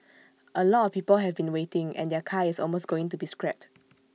A lot of people have been waiting and their car is almost going to be scrapped